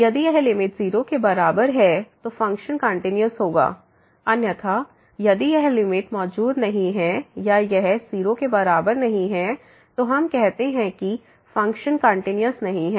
यदि यह लिमिट 0 के बराबर है तो फ़ंक्शन कंटिन्यूस होगा अन्यथा यदि यह लिमिट मौजूद नहीं है या यह 0 के बराबर नहीं है तो हम कहते हैं कि फ़ंक्शन कंटिन्यूस नहीं है